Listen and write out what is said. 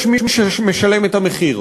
יש מי שמשלם את המחיר,